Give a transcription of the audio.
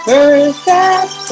Perfect